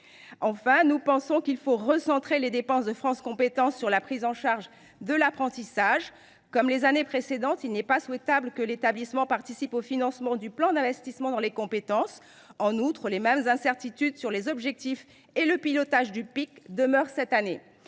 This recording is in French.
Enfin, nous pensons qu’il faut recentrer les dépenses de France Compétences sur la prise en charge de l’apprentissage. Comme les années précédentes, il n’est pas souhaitable que l’établissement participe au financement du plan d’investissement dans les compétences, le PIC. En outre, les mêmes incertitudes sur les objectifs et le pilotage du PIC demeurent cette année.